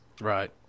Right